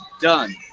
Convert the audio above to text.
done